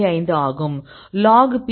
5 ஆகும் log P 2